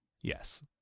Yes